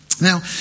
Now